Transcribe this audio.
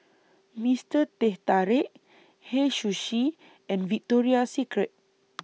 Mister Teh Tarik Hei Sushi and Victoria Secret